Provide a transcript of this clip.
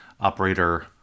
operator